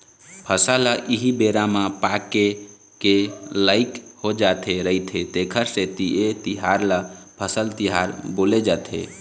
फसल ह एही बेरा म पाके के लइक हो जाय रहिथे तेखरे सेती ए तिहार ल फसल तिहार बोले जाथे